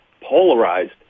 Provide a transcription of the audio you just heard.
polarized